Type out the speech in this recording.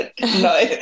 no